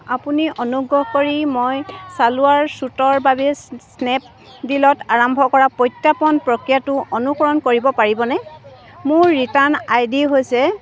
আপুনি অনুগ্ৰহ কৰি মই ছালৱাৰছুটৰ বাবে স্নেপডীলত আৰম্ভ কৰা প্ৰত্যৰ্পণ প্ৰক্ৰিয়াটো অনুসৰণ কৰিব পাৰিবনে মোৰ ৰিটাৰ্ণ আই ডি হৈছে